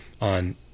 on